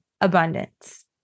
abundance